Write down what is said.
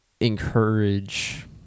encourage